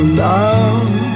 love